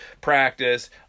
practice